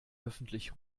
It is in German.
öffentlich